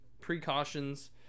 precautions